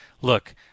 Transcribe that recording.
look